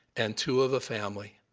and two of a family.